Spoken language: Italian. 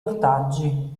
ortaggi